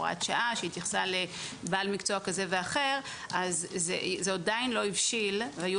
הוראת שעה שהתייחסה לבעל מקצוע כזה או אחר זה עדיין לא הבשיל היו